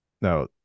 Now